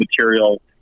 material